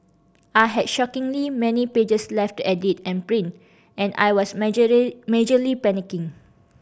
I had shockingly many pages left to edit and print and I was majorly panicking